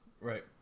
right